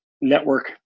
network